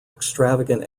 extravagant